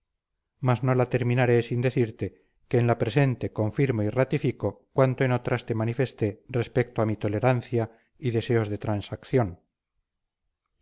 mas no la terminaré sin decirte que en la presente confirmo y ratifico cuanto en otras te manifesté respecto a mi tolerancia y deseos de transacción